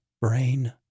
brain